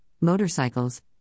motorcycles